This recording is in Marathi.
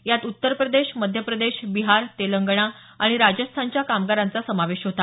यात उत्तर प्रदेश मध्यप्रदेश बिहार तेलंगणा आणि राज्यस्थानच्या कामगारांचा समावेश होता